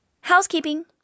Housekeeping